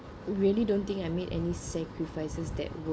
really don't think I made any sacrifices that